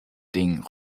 ding